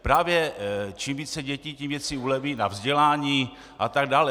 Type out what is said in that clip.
Právě čím více dětí, tím více úlev na vzdělání atd.